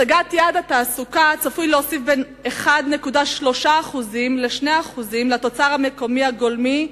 השגת יעד התעסוקה צפויה להוסיף בין 1.3% ל-2% לתוצר המקומי הגולמי,